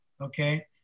okay